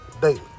daily